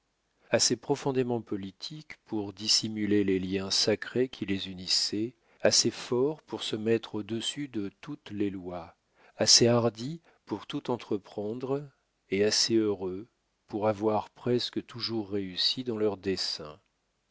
assez profondément politiques pour dissimuler les liens sacrés qui les unissaient assez forts pour se mettre au-dessus de toutes les lois assez hardis pour tout entreprendre et assez heureux pour avoir presque toujours réussi dans leurs desseins